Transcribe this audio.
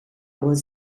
was